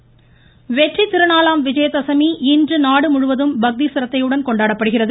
விஜயதசமி வெற்றித் திருநாளாம் விஜயதசமி இன்று நாடுமுவதும் பக்தி சிரத்தையுடன் கொண்டாடப்படுகிறது